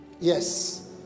Yes